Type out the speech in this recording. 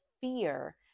fear